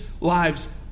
lives